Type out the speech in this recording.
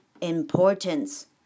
importance